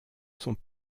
sont